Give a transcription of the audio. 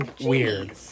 weird